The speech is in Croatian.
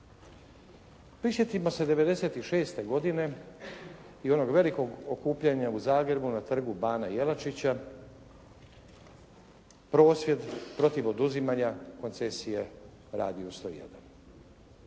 Prisjetimo se 1996. godine i onog velikog okupljanja u Zagrebu na Trgu bana Jelačića, prosvjed protiv oduzimanja koncesije Radiju 101,